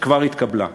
שכבר התקבלה.